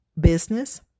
business